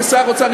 כשר האוצר,